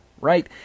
Right